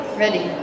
ready